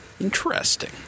Interesting